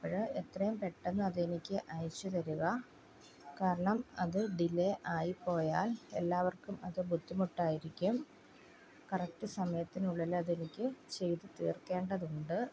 അപ്പോള് എത്രയും പെട്ടെന്ന് അതെനിക്ക് അയച്ചുതരുക കാരണം അത് ഡിലേ ആയിപ്പോയാൽ എല്ലാവർക്കും അത് ബുദ്ധിമുട്ടായിരിക്കും കറക്റ്റ് സമയത്തിനുള്ളിലതെനിക്ക് ചെയ്തു തീർക്കേണ്ടതുണ്ട്